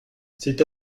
c’est